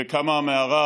וקמה המערה.